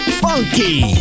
funky